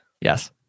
Yes